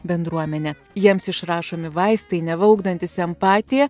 bendruomenę jiems išrašomi vaistai neva ugdantys empatiją